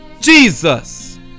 Jesus